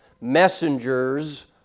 messengers